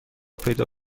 پیدا